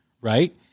Right